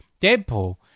Deadpool